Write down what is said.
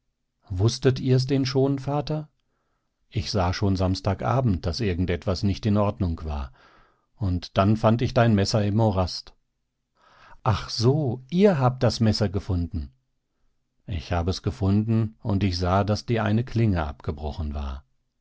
wußtet ihr es denn schon vater ich sah schon samstag abend daß irgend etwas nicht in ordnung war und dann fand ich dein messer im morast ach so ihr habt das messer gefunden ich hab es gefunden und ich sah daß die eine klinge abgebrochen war